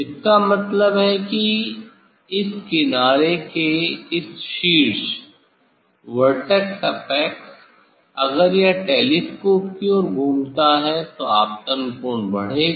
इसका मतलब है कि इस किनारे के इस शीर्ष वर्टेक्स एपेक्स अगर यह टेलीस्कोप की ओर घूमता है तो आपतन कोण बढ़ेगा